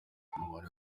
umubare